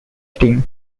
steam